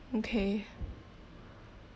okay